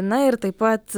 na ir taip pat